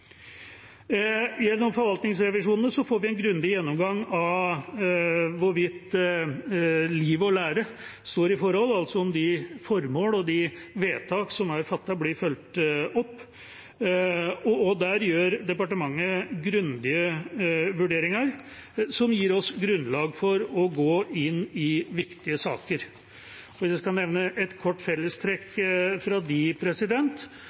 Gjennom forvaltningsrevisjonene får vi en grundig gjennomgang av hvorvidt liv og lære står i forhold til hverandre, altså om de formål og de vedtak som er fattet, blir fulgt opp, og der gjør departementet grundige vurderinger som gir oss grunnlag for å gå inn i viktige saker. Hvis jeg skal nevne et kort fellestrekk